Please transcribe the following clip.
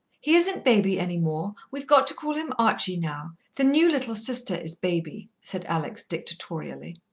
he isn't baby any more. we've got to call him archie now. the new little sister is baby, said alex dictatorially.